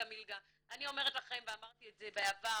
המלגה" אני אומרת לכם ואמרתי לכם את זה בעבר